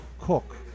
cook